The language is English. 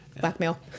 blackmail